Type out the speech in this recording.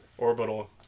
orbital